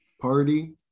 party